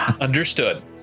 understood